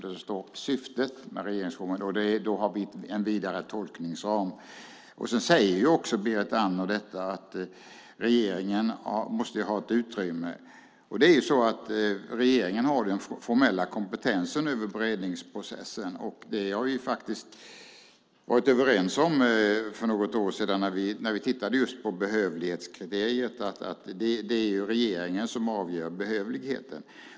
Det står om syftet med regeringsformen, och där har vi en vidare tolkningsram. Berit Andnor säger också att regeringen måste ha ett utrymme. Regeringen har det formella ansvaret för beredningsprocessen. Och vi var överens för något år sedan, när vi tittade just på behövlighetskriteriet, om att det är regeringen som avgör behövligheten.